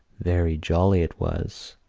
very jolly it was.